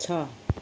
छ